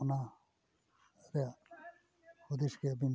ᱚᱱᱟ ᱨᱮᱭᱟᱜ ᱦᱩᱫᱤᱥ ᱜᱮ ᱟᱹᱵᱤᱱ